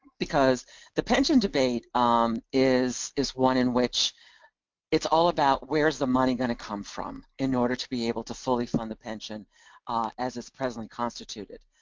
because the pension debate um is is one in which it's all about where's the money going to come from in order to be able to fully fund the pension as it's presently constituted.